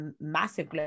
massive